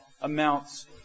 amounts